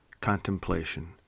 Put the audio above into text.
contemplation